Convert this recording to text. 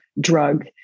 drug